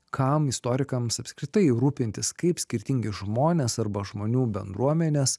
kam istorikams apskritai rūpintis kaip skirtingi žmonės arba žmonių bendruomenės